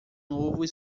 novo